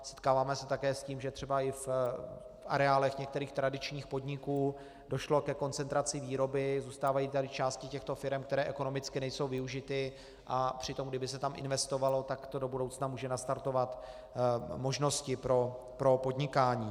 Setkáváme se také s tím, že třeba i v areálech některých tradičních podniků došlo ke koncentraci výroby, zůstávají tady části těchto firem, které ekonomicky nejsou využity, a přitom kdyby se tam investovalo, tak to do budoucna může nastartovat možnosti pro podnikání.